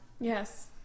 yes